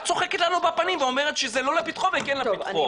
צוחקת לנו בפנים ואומרת שזה לא לפתחו וכן לפתחו.